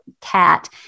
cat